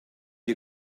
you